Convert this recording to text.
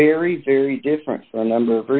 very very different from number